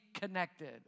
connected